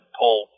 pull